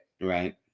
Right